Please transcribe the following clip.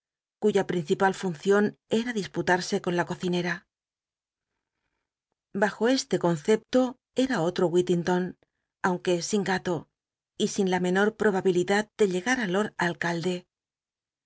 cuya principal funcion era disputarse con la cocinera bajo este concepto era otro vvhittington aunque sin gato y sin la menor probabilidad de llega jo d alcalde